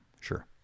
Sure